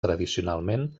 tradicionalment